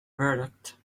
verdict